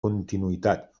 continuïtat